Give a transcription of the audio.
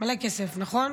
מלא כסף, נכון?